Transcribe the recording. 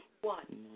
One